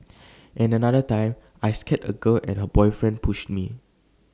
and another time I scared A girl and her boyfriend pushed me